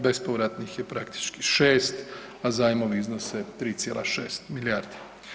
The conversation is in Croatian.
Bespovratnih je praktički 6, a zajmovi iznose 3,6 milijardi.